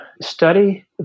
study